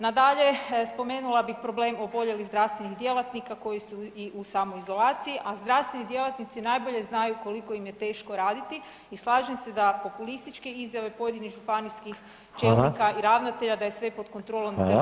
Nadalje, spomenula bi problem oboljelih zdravstvenih djelatnika koji su i u samoizolaciji, a zdravstveni djelatnici najbolje znaju koliko im je teško raditi i slažem se da populističke izjave pojedinih županijskih čelnika i ravnatelja [[Upadica: Hvala.]] da je sve pod kontrolom ne drže vodu.